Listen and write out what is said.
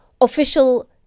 official